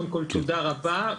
קודם כל תודה רבה.